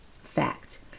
Fact